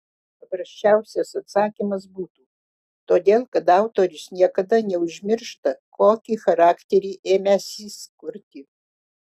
paprasčiausias atsakymas būtų todėl kad autorius niekada neužmiršta kokį charakterį ėmęsis kurti